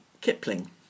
Kipling